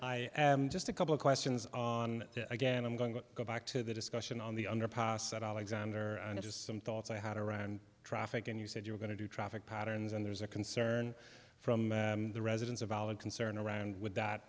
i just a couple of questions on again i'm going to go back to the discussion on the underpass at alexander just some thoughts i had around traffic and you said you were going to do traffic patterns and there's a concern from the residents a valid concern around would that